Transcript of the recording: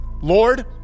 Lord